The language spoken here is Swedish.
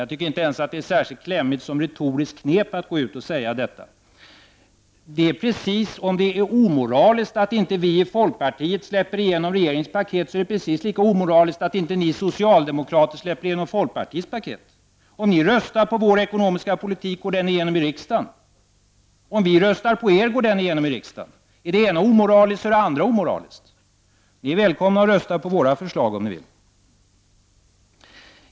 Jag tycker inte ens att det är särskilt klämmigt som retoriskt knep att gå ut och säga detta. Om det är omoraliskt att vi i folkpartiet inte släpper igenom regeringens paket, är det precis lika omoraliskt att inte socialdemokraterna släpper igenom folkpartiets paket. Om ni röstar på vår ekonomiska politik, går den igenom i riksdagen. Om vi röstar på er politik går den igenom i riksdagen. Är det ena omoraliskt är det andra också omoraliskt. Ni är välkomna att rösta på våra förslag om ni vill.